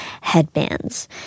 headbands